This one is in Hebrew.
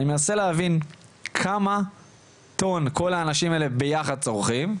אני מנסה להבין כמה טון כל האנשים האלה ביחד צורכים,